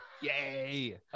Yay